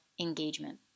engagement